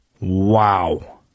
Wow